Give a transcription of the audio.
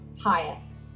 highest